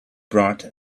brought